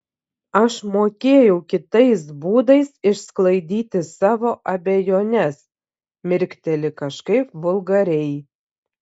aš mokėjau kitais būdais išsklaidyti savo abejones mirkteli kažkaip vulgariai